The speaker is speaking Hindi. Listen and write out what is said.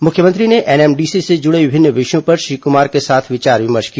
मुख्यमंत्री ने एनएमडीसी से जुड़े विभिन्न विषयों पर श्री क्मार के साथ विचार विमर्श किया